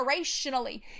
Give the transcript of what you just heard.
generationally